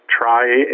try